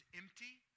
empty